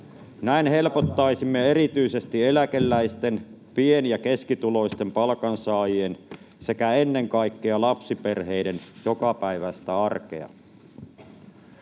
Näin helpottaisimme erityisesti eläkeläisten, pieni‑ ja keskituloisten palkansaajien sekä ennen kaikkea lapsiperheiden jokapäiväistä arkea.